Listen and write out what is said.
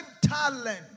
talent